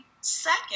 second